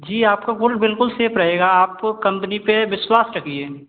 जी आपका गोल्ड बिल्कुल सेफ रहेगा आप कम्पनी पर विश्वास रखिए